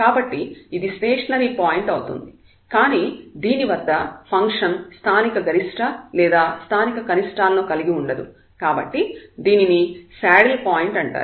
కాబట్టి ఇది stationary point అవుతుంది కానీ దీని వద్ద ఫంక్షన్ స్థానిక గరిష్ట లేదా స్థానిక కనిష్టాలను కలిగి ఉండదు కాబట్టి దీనిని శాడిల్ పాయింట్ అంటారు